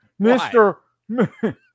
Mr